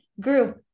grew